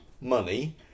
money